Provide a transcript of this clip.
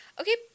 Okay